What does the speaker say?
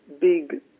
big